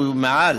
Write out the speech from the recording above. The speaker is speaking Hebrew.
יש כמה,